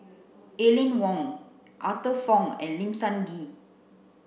Aline Wong Arthur Fong and Lim Sun Gee